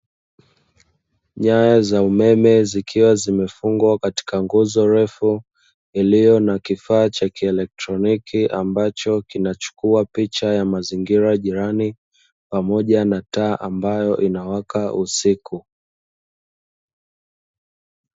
Nyaya za umeme zikiwa zimefungwa katika nguzo refu iliyo na kifaa cha kieletroniki, ambacho kinachukua picha ya mazingira jirani pamoja na taa ambayo inawaka usiku.